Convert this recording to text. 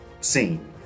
scene